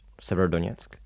Severodonetsk